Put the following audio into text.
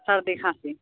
सर्दी खाँसी